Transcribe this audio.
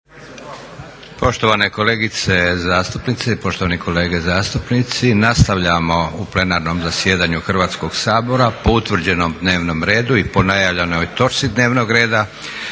Poštovane kolegice zastupnice i poštovane kolege zastupnici nastavljamo u plenarnom zasjedanju Hrvatskog sabora po utvrđenom dnevnom redu i po najavljenoj točci dnevnog reda.